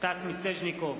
סטס מיסז'ניקוב,